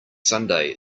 sunday